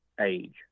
age